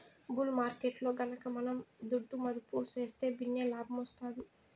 bull మార్కెట్టులో గనక మనం దుడ్డు మదుపు సేస్తే భిన్నే లాబ్మొస్తాది